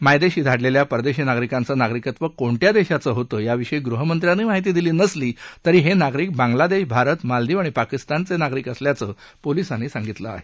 मायदेशी धाडलेल्या परदेशी नागरिकांचं नागरिकत्व कोणत्या देशाचं होतं याविषयी गृहमंत्र्यांनी माहिती दिली नसली तरी हे नागरिक बांगलादेश भारत मालदिव आणि पाकिस्तनचे नागरिक असल्याचं पोलिसांनी सांगितलं आहे